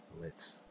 Lit